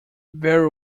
very